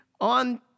on